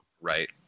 right